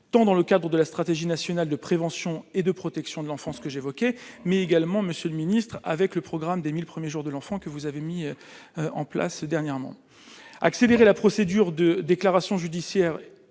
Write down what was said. tant dans le cadre de la stratégie nationale de prévention et de protection de l'enfance que j'évoquais, mais également Monsieur le Ministre, avec le programme des 1000 premiers jours de l'enfant que vous avez mis en place dernièrement, accélérer la procédure de déclaration judiciaire